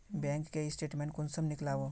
Bank के स्टेटमेंट कुंसम नीकलावो?